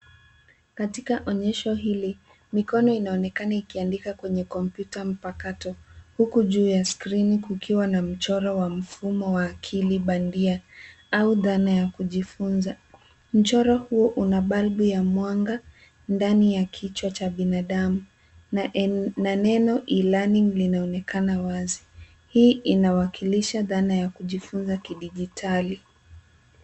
Katika onyesho hili, mikono inaonekana ikiandika kwenye kompyuta mpakato, huku juu ya skrini kukiwa na mchoro wa mfumo wa akili bandia, au dhana ya kujifunza. Mfumo huu una balbu ya mwanga ndani ya kichwa cha binadamu, na neno e-learning , linaonekana wazi. Hii inawakilisha dhana ya kujifunza kidijitali.